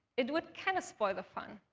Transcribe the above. it would kind of spoil the fun.